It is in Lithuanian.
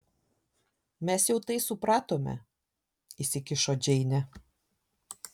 mes jau tai supratome įsikišo džeinė